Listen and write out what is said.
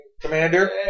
commander